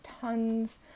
tons